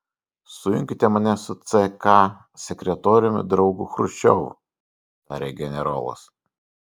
sujunkite mane su ck sekretoriumi draugu chruščiovu tarė generolas